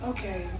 Okay